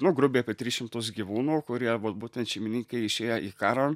nu grubiai apie tris šimtus gyvūnų kurie vat būtent šeimininkai išėję į karą